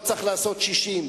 שיושב וממתין,